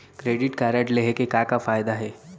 Credit card लेहे के का का फायदा हे?